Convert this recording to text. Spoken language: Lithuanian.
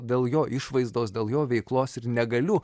dėl jo išvaizdos dėl jo veiklos ir negaliu